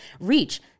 reach